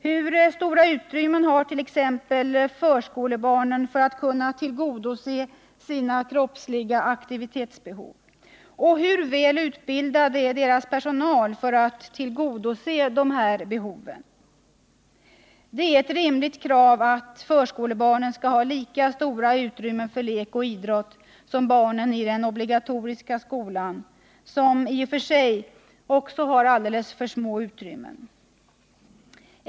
Hur stora utrymmen har t.ex. förskolebarnen för att kunna tillgodose sina kroppsliga aktivitetsbehov? Och hur väl utbildad är personalen när det gäller att tillgodose dessa behov? Det är ett rimligt krav att förskolebarnen skall ha lika stora utrymmen för lek och idrott som barnen i den obligatoriska skolan, som i och för sig har alldeles för små utrymmen.